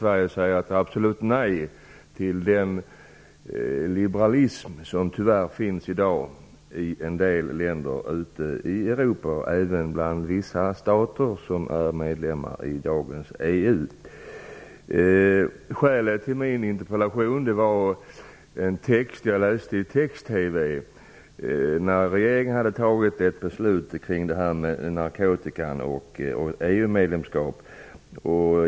Sverige säger ett absolut nej till den liberalism som i dag tyvärr finns i en delländer ute i Europa, även i vissa stater som är medlemmar i EU. Bakgrunden till min interpellation var en text som jag läste i Text TV när regeringen hade fattat ett beslut kring narkotikan och ett EU-medlemskap.